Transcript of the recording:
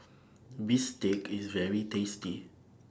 Bistake IS very tasty